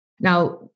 Now